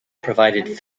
provided